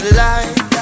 life